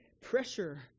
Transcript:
pressure